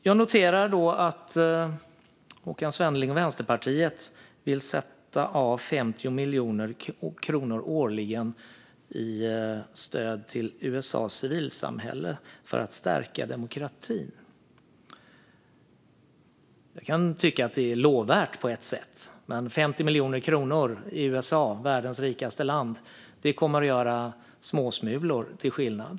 Jag noterar att Håkan Svenneling och Vänsterpartiet vill sätta av 50 miljoner kronor årligen i stöd till USA:s civilsamhälle för att stärka demokratin. Jag kan tycka att det är lovvärt på ett sätt, men 50 miljoner kronor i USA, som är världens rikaste land, kommer att göra endast småsmulor i skillnad.